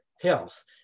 health